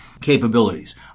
capabilities